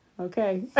Okay